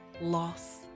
loss